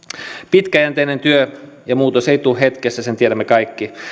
pitkäjänteinen työ ja muutos eivät tule hetkessä sen tiedämme kaikki se